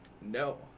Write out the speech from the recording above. No